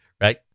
right